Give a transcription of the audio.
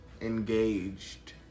engaged